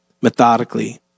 methodically